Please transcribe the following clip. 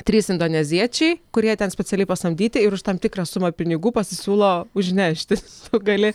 trys indoneziečiai kurie ten specialiai pasamdyti ir už tam tikrą sumą pinigų pasisiūlo užnešti tu gali